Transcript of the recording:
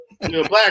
black